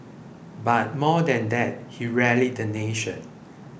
but more than that he rallied the nation